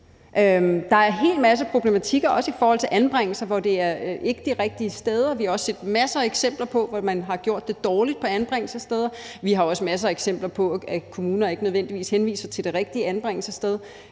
Der er en hel masse problematikker også i forhold til anbringelser, hvor det ikke er de rigtige steder. Vi har også set masser eksempler på, at man har gjort det dårligt på anbringelsessteder, og vi har masser af eksempler på, at kommuner ikke nødvendigvis henviser til det rigtige anbringelsessted,